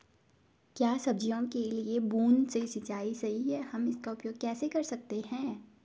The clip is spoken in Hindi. क्या सब्जियों के लिए बूँद से सिंचाई सही है हम इसका उपयोग कैसे कर सकते हैं?